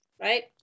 right